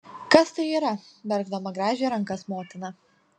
kas tai yra verkdama grąžė rankas motina